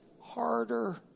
harder